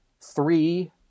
three